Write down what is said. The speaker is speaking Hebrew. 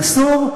מסור.